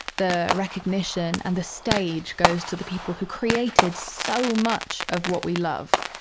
the recognition and the stage goes to the people who created so much of what we love.